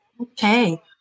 Okay